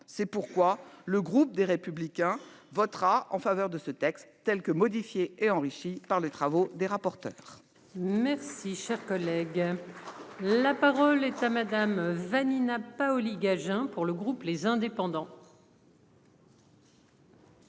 C'est pourquoi le groupe des Républicains votera en faveur de ce texte, telle que modifiée et enrichie par les travaux des rapporteurs. Merci cher collègue. La parole est à Madame Vanina Paoli-Gagin pour le groupe les indépendants.